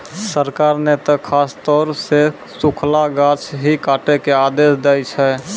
सरकार नॅ त खासतौर सॅ सूखलो गाछ ही काटै के आदेश दै छै